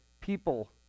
people